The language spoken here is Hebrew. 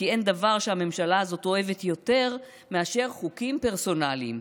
כי אין דבר שהממשלה הזאת אוהבת יותר מאשר חוקים פרסונליים.